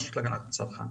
הרשות להגנת הצרכן.